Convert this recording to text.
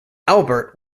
albert